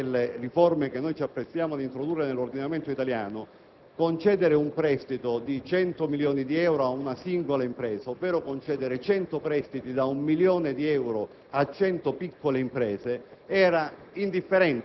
prima delle riforme che ci apprestiamo ad introdurre nell'ordinamento italiano, concedere un prestito di 100 milioni di euro ad una singola impresa, ovvero concedere cento prestiti da un milione di euro a cento piccole imprese era